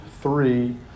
three